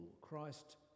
Christ